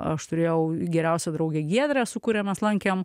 aš turėjau geriausią draugę giedrę su kuria mes lankėm